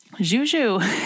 Juju